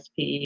SPE